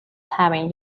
having